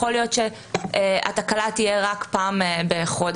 יכול להיות שהתקלה תהיה רק פעם בחודש,